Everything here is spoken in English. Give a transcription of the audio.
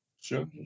Sure